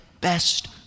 best